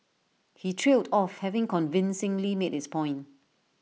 he trailed off having convincingly made his point